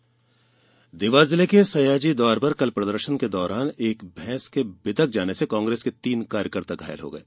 भैस कांग्रेस देवास जिले के सयाजी द्वार पर कल प्रदर्शन के दौरान भैंस के बिदक जाने से कांग्रेस के तीन कार्यकर्ता घायल हो गये